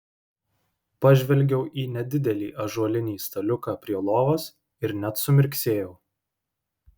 pažvelgiau į nedidelį ąžuolinį staliuką prie lovos ir net sumirksėjau